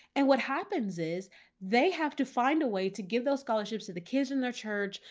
and what happens is they have to find a way to give those scholarships to the kids in their church,